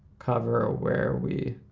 cover where we,